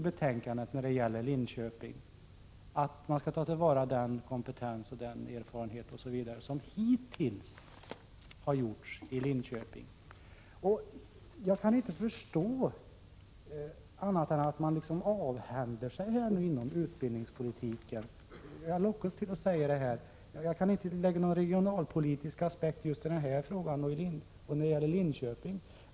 Beträffande Linköping skriver ni i betänkandet att man skall ta till vara den kompetens, erfarenhet osv. som hittills har samlats i Linköping. Jag kan inte förstå annat än att man avhänder sig möjligheter inom utbildningspolitiken. Jag lockas liksom att säga det här. I just den här frågan kan jag inte anlägga några regionalpolitiska synpunkter när det gäller Linköping.